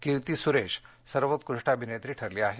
कीर्ती सुरेश सर्वोत्कृष्ट अभिनेत्री ठरली आहे